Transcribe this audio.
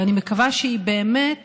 ואני מקווה שהיא באמת